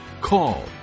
call